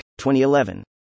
2011